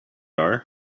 are